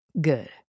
Good